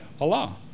Allah